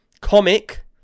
comic